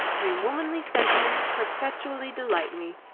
your womanly sentiments per petually delight me,